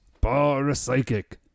bar-a-psychic